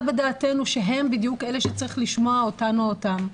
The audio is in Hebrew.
בדעתנו שהם בדיוק אלה שצריך לשמוע אותן או אותם.